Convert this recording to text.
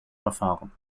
verfahren